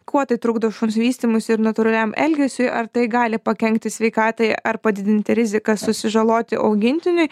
kuo tai trukdo šuns vystymuisi ir natūraliam elgesiui ar tai gali pakenkti sveikatai ar padidinti riziką susižaloti augintiniui